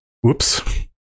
Whoops